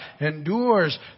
endures